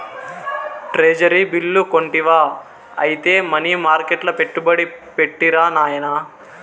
treasury bill కొంటివా ఐతే money మర్కెట్ల పెట్టుబడి పెట్టిరా నాయనా